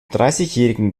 dreißigjährigen